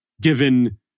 given